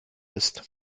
ist